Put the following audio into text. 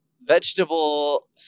vegetable